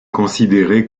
considéré